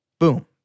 Boom